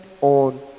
on